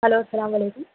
hello السلام علیکم